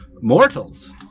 mortals